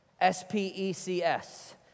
S-P-E-C-S